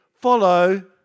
follow